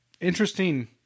Interesting